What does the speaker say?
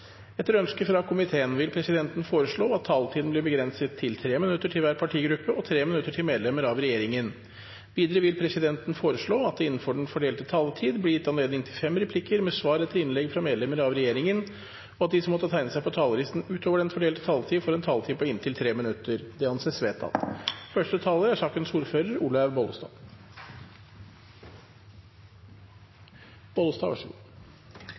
Etter ønske fra helse- og omsorgskomiteen vil presidenten foreslå at taletiden blir begrenset til 5 minutter til hver partigruppe og 5 minutter til medlemmer av regjeringen. Videre vil presidenten foreslå at det – innenfor den fordelte taletid – blir gitt anledning til fem replikker med svar etter innlegg fra medlemmer av regjeringen, og at de som måtte tegne seg på talerlisten utover den fordelte taletid, får en taletid på inntil 3 minutter. – Det anses vedtatt.